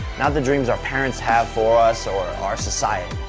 not the dreams our parents have for us or our society.